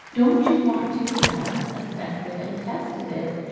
don't you want to have assessed it and tested it?